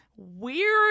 Weird